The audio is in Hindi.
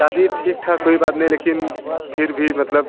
दादी ठीक ठाक हुई बाद में लेकिन फिर भी मतलब